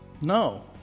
No